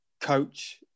coach